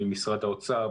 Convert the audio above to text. ממשרד האוצר,